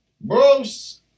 Bruce